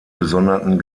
gesonderten